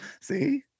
See